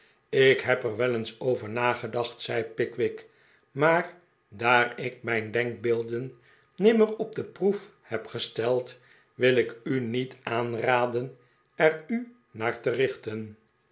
jk heb er wel eens over nagedacht zei pickwick r maar daar ik mijn denkbeelden nimmer op de proef heb gesteld wil ik u niet aanraden er u naar te richten